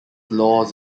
laws